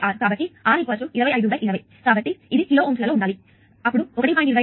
కాబట్టి R 25 20 కాబట్టి ఇది కిలో Ω లలో ఉండాలి కాబట్టి 1